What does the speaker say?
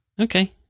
Okay